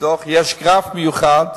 יש גרף מיוחד,